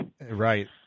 Right